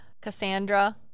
Cassandra